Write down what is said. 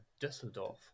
Düsseldorf